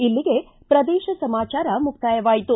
ಇಲ್ಲಿಗೆ ಪ್ರದೇಶ ಸಮಾಚಾರ ಮುಕ್ತಾಯವಾಯಿತು